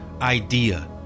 Idea